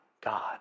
God